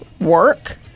work